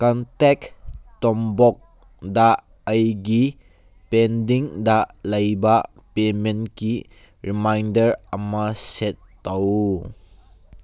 contact ꯇꯣꯝꯕꯣꯛꯗ ꯑꯩꯒꯤ ꯄꯦꯟꯗꯤꯡꯗ ꯂꯩꯕ ꯄꯦꯃꯦꯟꯒꯤ ꯔꯤꯃꯥꯏꯟꯗꯔ ꯑꯃ ꯁꯦꯠ ꯇꯧ